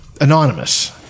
anonymous